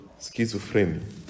schizophrenia